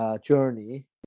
journey